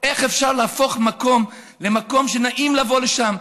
איך אפשר להפוך מקום למקום שנעים לבוא אליו,